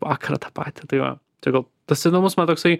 vakarą tą patį tai va tai gal tas įdomus man toksai